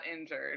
injured